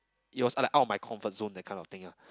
it was like out of my comfort zone the kind of thing ah